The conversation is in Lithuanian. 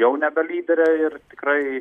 jau nebe lyderė ir tikrai